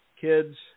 kids